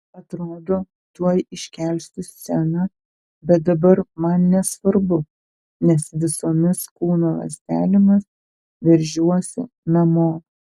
atrodo tuoj iškelsiu sceną bet dabar man nesvarbu nes visomis kūno ląstelėmis veržiuosi namo